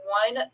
one